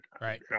right